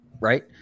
right